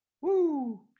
Woo